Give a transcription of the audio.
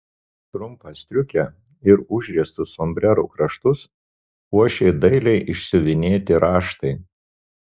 trumpą striukę ir užriestus sombrero kraštus puošė dailiai išsiuvinėti raštai